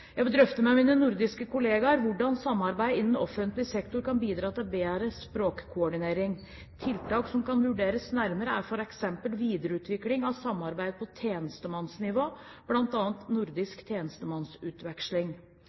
Jeg vil drøfte med mine nordiske kollegaer hvordan samarbeid innen offentlig sektor kan bidra til bedre språkkoordinering. Tiltak som kan vurderes nærmere, er f.eks. videreutvikling av samarbeid på tjenestemannsnivå,